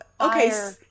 okay